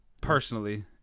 personally